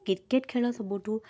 cricket ଖେଳ ସବୁଠୁ